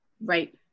Right